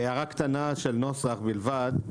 בהערה קטנה של נוסח בלבד,